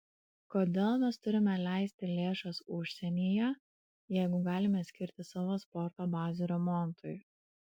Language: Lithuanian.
kodėl mes turime leisti lėšas užsienyje jeigu galime skirti savo sporto bazių remontui